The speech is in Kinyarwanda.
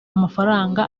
amafaranga